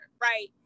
right